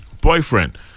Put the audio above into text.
boyfriend